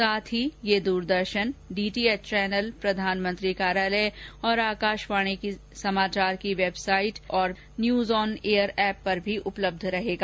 साथ ही ये दूरदर्शन डीटीएच चैनल प्रधानमंत्री कार्यालय और आकाशवाणी समाचार की website news on air app पर भी उपलब्ध रहेगा